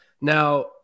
Now